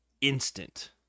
Instant